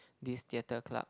this theatre club